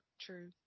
true